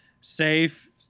safe